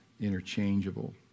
interchangeable